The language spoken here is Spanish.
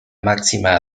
máxima